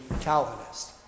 Calvinist